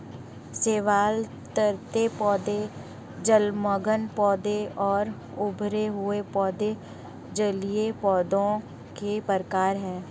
शैवाल, तैरते पौधे, जलमग्न पौधे और उभरे हुए पौधे जलीय पौधों के प्रकार है